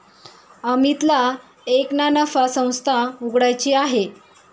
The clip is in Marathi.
अमितला एक ना नफा संस्था उघड्याची आहे